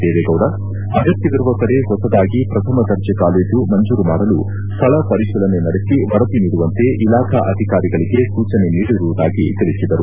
ದೇವೇಗೌಡ ಅಗತ್ತವಿರುವ ಕಡೆ ಹೊಸದಾಗಿ ಪ್ರಥಮ ದರ್ಜೆ ಕಾಲೇಜು ಮಂಜೂರು ಮಾಡಲು ಸ್ಥಳ ಪರಿಶೀಲನೆ ನಡೆಸಿ ವರದಿ ನೀಡುವಂತೆ ಇಲಾಖಾ ಅಧಿಕಾರಿಗಳಿಗೆ ಸೂಚನೆ ನೀಡಿರುವುದಾಗಿ ತಿಳಿಸಿದರು